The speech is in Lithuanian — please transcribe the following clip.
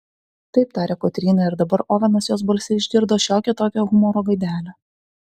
taip tarė kotryna ir dabar ovenas jos balse išgirdo šiokią tokią humoro gaidelę